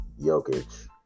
Jokic